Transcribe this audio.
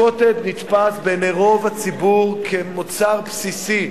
ה"קוטג'" נתפס בעיני רוב הציבור כמוצר בסיסי.